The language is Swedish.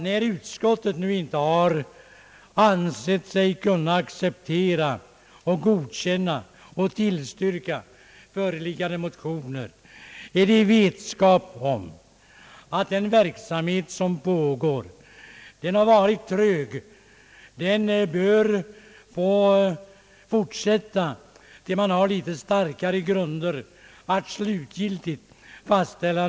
När utskottet nu inte har ansett sig kunna tillstyrka föreliggande motioner är det i vetskap om att den verksamhet som pågår har varit trög. Försöksverksamheten bör få fortsätta tills man har litet starkare grunder för ett slutgiltigt beslut.